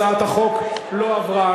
הצעת החוק לא עברה.